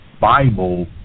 Bible